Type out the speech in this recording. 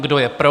Kdo je pro?